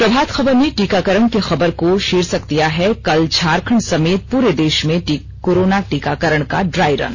प्रभात खबर ने टीकाकरण की खबर को शीर्षक दिया है कल झारखंड समेत पूरे देश में कोरोना टीकाकरण का ड्राइरन